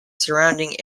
surrounding